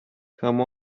come